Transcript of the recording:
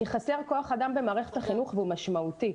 כי חסר כוח אדם במערכת החינוך, והוא משמעותי.